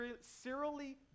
serially